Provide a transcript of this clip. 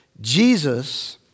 Jesus